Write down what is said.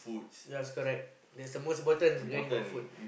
yes correct that's the most important rank about food